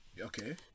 Okay